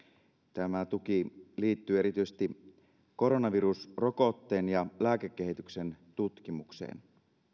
tämä tuki liittyy erityisesti koronavirusrokotteen ja lääkekehityksen tutkimukseen